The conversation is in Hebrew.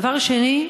דבר שני,